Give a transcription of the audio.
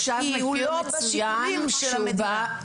כי הוא לא בשיקולים של המדינה.